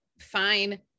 fine